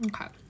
Okay